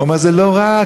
אומר: זה לא רע,